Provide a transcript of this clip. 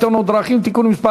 אין מתנגדים, אין נמנעים.